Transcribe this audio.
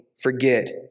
forget